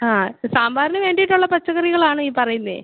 ആ സാമ്പാറിന് വേണ്ടീട്ടുള്ള പച്ചക്കറികളാണൊ ഈ പറയുന്നത്